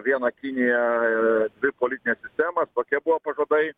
vieną kiniją dvi politines sistemas tokie buvo pažadai